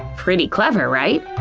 pretty clever, right?